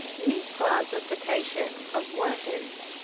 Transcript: misclassification of workers.